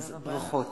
ברכות.